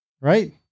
right